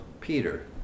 Peter